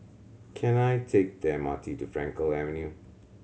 can I take the M R T to Frankel Avenue